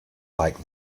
like